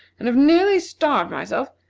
and have nearly starved myself,